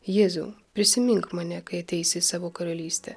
jėzau prisimink mane kai ateisi į savo karalystę